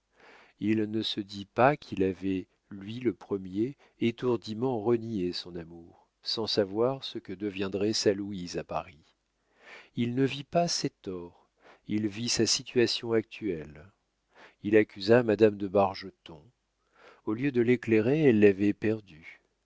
il ne se dit pas qu'il avait lui le premier étourdiment renié son amour sans savoir ce que deviendrait sa louise à paris il ne vit pas ses torts il vit sa situation actuelle il accusa madame de bargeton au lieu de l'éclairer elle l'avait perdu